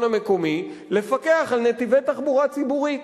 המקומי לפקח על נתיבי תחבורה ציבורית.